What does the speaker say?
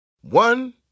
One